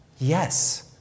yes